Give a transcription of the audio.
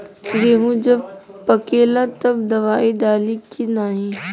गेहूँ जब पकेला तब दवाई डाली की नाही?